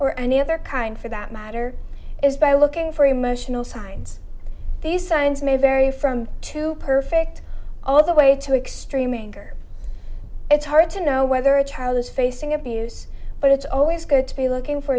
or any other kind for that matter is by looking for emotional signs these signs may vary from too perfect all the way to extreme anger it's hard to know whether a child is facing abuse but it's always good to be looking for